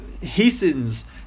hastens